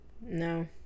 No